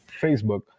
Facebook